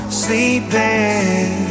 sleeping